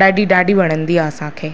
ॾाढी ॾाढी वणदी आहे असांखे